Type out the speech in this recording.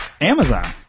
Amazon